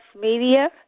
Media